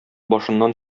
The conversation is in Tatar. башыннан